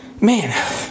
man